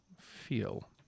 feel